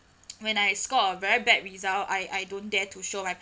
when I score a very bad result I I don't dare to show my